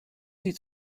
sie